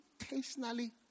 intentionally